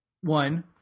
one